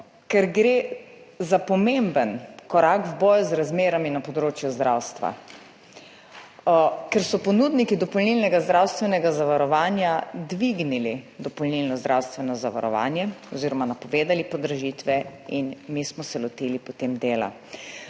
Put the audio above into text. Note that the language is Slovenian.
Ker gre za pomemben korak v boju z razmerami na področju zdravstva. Ker so ponudniki dopolnilnega zdravstvenega zavarovanja dvignili dopolnilno zdravstveno zavarovanje oziroma napovedali podražitve in smo se mi potem